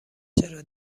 چرا